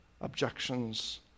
objections